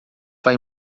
vai